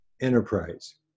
enterprise